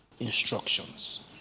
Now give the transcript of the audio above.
instructions